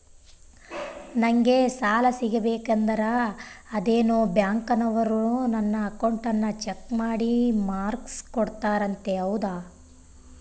ನಂಗೆ ಸಾಲ ಸಿಗಬೇಕಂದರ ಅದೇನೋ ಬ್ಯಾಂಕನವರು ನನ್ನ ಅಕೌಂಟನ್ನ ಚೆಕ್ ಮಾಡಿ ಮಾರ್ಕ್ಸ್ ಕೋಡ್ತಾರಂತೆ ಹೌದಾ?